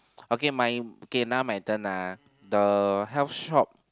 okay my okay now my turn ah the health shop